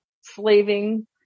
slaving